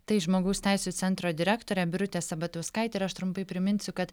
tai žmogaus teisių centro direktorė birutė sabatauskaitė ir aš trumpai priminsiu kad